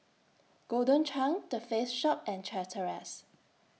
Golden Churn The Face Shop and Chateraise